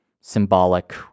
symbolic